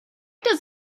does